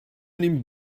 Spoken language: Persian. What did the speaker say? این